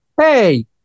hey